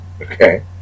Okay